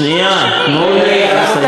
שנייה, תנו לי לסיים.